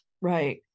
Right